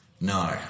No